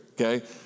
okay